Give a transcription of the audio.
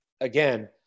again